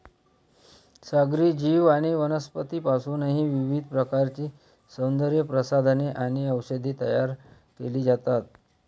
सागरी जीव आणि वनस्पतींपासूनही विविध प्रकारची सौंदर्यप्रसाधने आणि औषधे तयार केली जातात